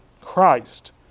Christ